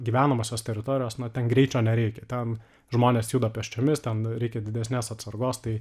gyvenamosios teritorijos na ten greičio nereikia ten žmonės juda pėsčiomis ten reikia didesnės atsargos tai